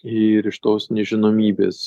ir iš tos nežinomybės